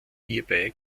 hierbei